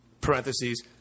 parentheses